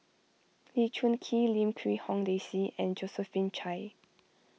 Lee Choon Kee Lim Quee Hong Daisy and Josephine Chia